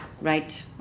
right